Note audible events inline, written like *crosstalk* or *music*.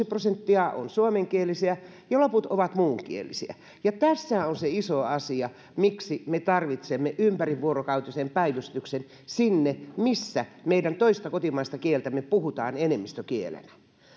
*unintelligible* prosenttia on suomenkielisiä ja loput ovat muunkielisiä ja tässä on se iso asia miksi me tarvitsemme ympärivuorokautisen päivystyksen sinne missä meidän toista kotimaista kieltämme puhutaan enemmistökielenä